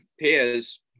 pairs